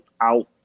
out